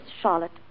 Charlotte